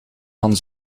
van